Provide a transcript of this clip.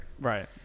right